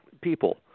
People